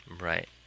right